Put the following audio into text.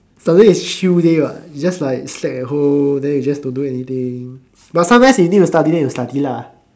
Sunday is chill day what you just like slack at home then you just don't do anything but sometimes you need to study then you study lah